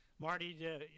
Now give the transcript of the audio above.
Marty